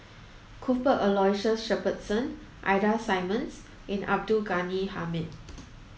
Cuthbert Aloysius Shepherdson Ida Simmons and Abdul Ghani Hamid